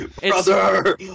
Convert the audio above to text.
Brother